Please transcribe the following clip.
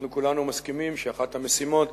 אנחנו כולנו מסכימים שאחת המשימות